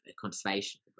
conservation